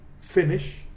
finish